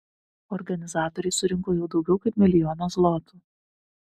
organizatoriai surinko jau daugiau kaip milijoną zlotų